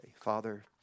Father